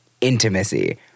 intimacy